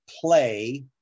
play